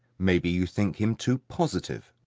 maybe you think him too positive?